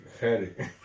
Harry